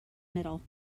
middle